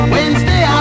Wednesday